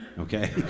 Okay